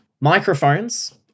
Microphones